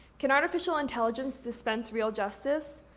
can artificial intelligence dispense real justice?